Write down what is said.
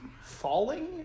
falling